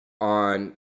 on